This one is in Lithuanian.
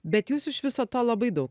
bet jūs iš viso to labai daug